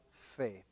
faith